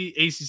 ACC